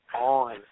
on